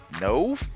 No